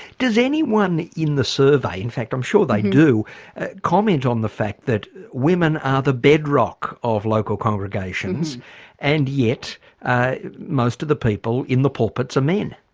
does anyone in the survey in fact i'm sure they do comment on the fact that women are the bedrock of local congregations and yet most of the people in the pulpits are men?